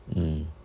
mm